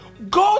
Go